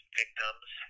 victims